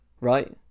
Right